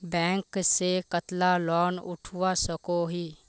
Bank से कतला loan उठवा सकोही?